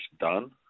done